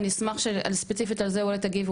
אני אשמח שספציפית על זה אולי תגיבו.